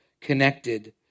connected